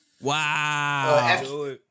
Wow